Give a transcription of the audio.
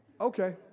okay